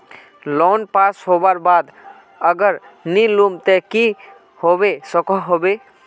Loan pass होबार बाद अगर नी लुम ते की होबे सकोहो होबे?